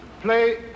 play